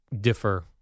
differ